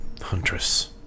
Huntress